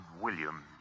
William